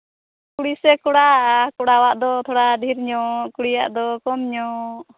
ᱠᱩᱲᱤ ᱥᱮ ᱠᱚᱲᱟ ᱠᱚᱲᱟᱣᱟᱜ ᱫᱚ ᱛᱷᱚᱲᱟ ᱰᱷᱮᱨ ᱧᱚᱜ ᱠᱩᱲᱤᱭᱟᱜ ᱫᱚ ᱠᱚᱢ ᱧᱚᱜ